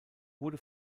wurde